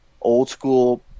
old-school –